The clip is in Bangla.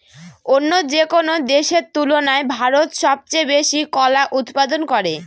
অন্য যেকোনো দেশের তুলনায় ভারত সবচেয়ে বেশি কলা উৎপাদন করে